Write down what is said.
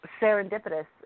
serendipitous